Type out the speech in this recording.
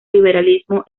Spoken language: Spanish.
liberalismo